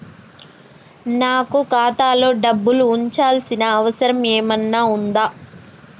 నాకు ఖాతాలో డబ్బులు ఉంచాల్సిన అవసరం ఏమన్నా ఉందా?